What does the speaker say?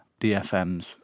DFMs